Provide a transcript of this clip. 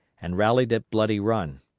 and rallied at bloody run.